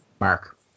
Mark